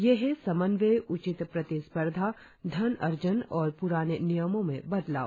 ये हैं समन्वय उचित प्रतिस्पर्धा धन अर्जन और प्राने नियमों में बदलाव